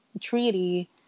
treaty